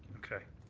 okay.